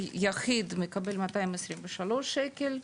יחיד מקבל 223 שקל,